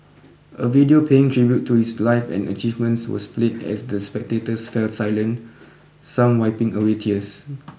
a video paying tribute to his life and achievements was played as the spectators fell silent some wiping away tears